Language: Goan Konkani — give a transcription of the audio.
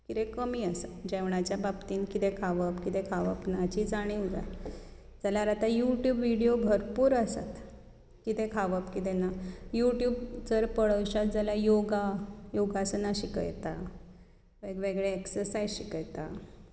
कितें कमी आसा जेवणाच्या बाबतींत कितें खावप कितें खावप न्हय हाची जाणीव जाय जाल्यार आतां युट्यूब व्हिडियो भरपूर आसात कितें खावप कितें ना युट्यूब जर पळोवशात जाल्यार योगा योगासना शिकयता वेगवेगळे एक्सरसायज शिकयता